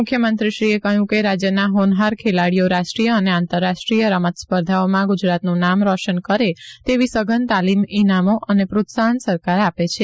મુખ્યંત્રીશ્રી એ કહ્યું કે રાજ્યના હોનહાર ખેલાડીઓ રાષ્ટ્રીય અને આંતરરાષ્ટ્રીય રમત સ્પર્ધાઓમાં ગુજરાત નું નામ રોશન કરે તેવી સઘન તાલીમ ઇનામો અને પ્રોત્સાહન સરકાર આપે છે